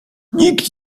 nikt